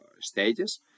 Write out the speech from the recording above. stages